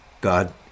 God